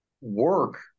work